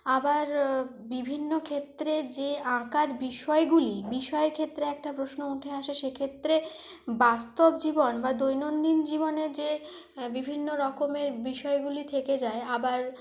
আবার বিভিন্ন ক্ষেত্রে যে আঁকার বিষয়গুলি বিষয় ক্ষেত্রে একটা প্রশ্ন উঠে আসে সে ক্ষেত্রে বাস্তব জীবন বা দৈনন্দিন জীবনে যে বিভিন্ন রকমের বিষয়গুলি থেকে যায় আবার